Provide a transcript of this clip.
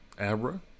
Abra